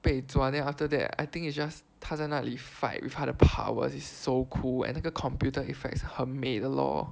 被抓 then after that I think it's just 他在那里 fight with 他的 powers is so cool and 那个 computer effects 是很美的 lor